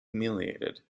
humiliated